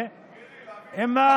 יעבור חוק שאשכרה